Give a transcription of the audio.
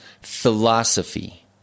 philosophy